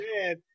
Dead